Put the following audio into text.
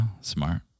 Smart